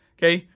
okay?